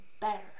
better